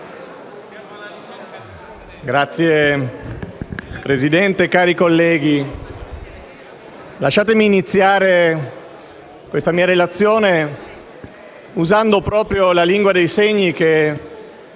Signor Presidente, cari colleghi, lasciatemi iniziare questa mia relazione usando proprio la lingua dei segni, che